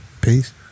Peace